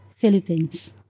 Philippines